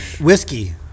Whiskey